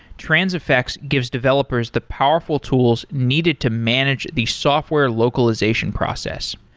transifex gives developers the powerful tools needed to manage the software localization process.